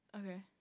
Okay